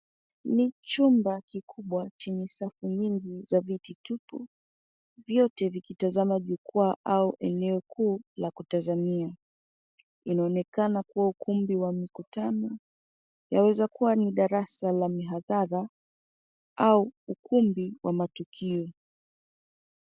Ni chumba kikubwa chenye safu nyingi za viti tupu vyote vikitazama jukwaa au eneo kuu la kutazamia. Inaonekana kuwa ukumbi wa mikutano, yaweza kuwa ni darasa na mihadhara au ukumbi wa matukio.